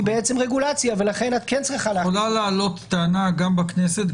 רגולציה ולכן את כן- -- יכולה לעלות טענה גם בכנסת,